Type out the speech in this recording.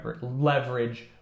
leverage